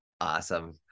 awesome